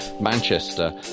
Manchester